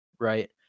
right